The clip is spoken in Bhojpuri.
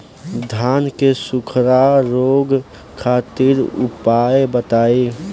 धान के सुखड़ा रोग खातिर उपाय बताई?